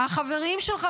על החברים שלך,